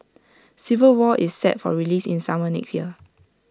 civil war is set for release in summer next year